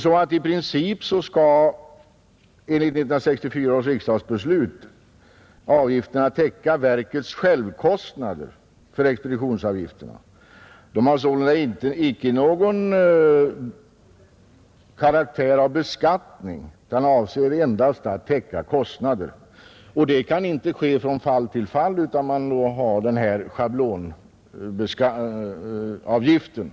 I princip skall enligt 1964 års riksdagsbeslut avgifterna täcka verkets självkostnader för expeditionsavgifterna, De har sålunda icke karaktären av beskattning och avser endast att täcka Nr 79 kostnader, och detta kan inte ske från fall till fall, utan man har då Torsdagen den schablonavgifter.